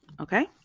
Okay